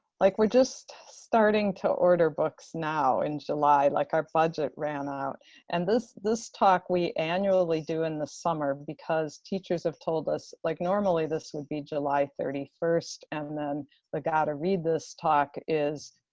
like we're just starting to order books now in july like our budget ran out and this this talk we annually do in the summer because teachers have told us like normally this would be july thirty first and then the gada read this talk is